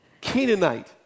Canaanite